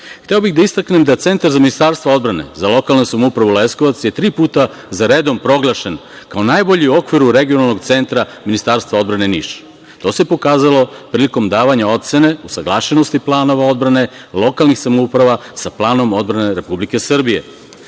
Hteo bih da istaknem da Centar za Ministarstvo odbrane za lokalnu samoupravu Leskovac je tri puta za redom proglašen kao najbolji u okviru regionalnog centra Ministarstva odbrane Niš. To se pokazalo prilikom davanja ocene, usaglašenosti planova odbrane lokalnih samouprava sa Planom odbrane Republike Srbije. Takođe,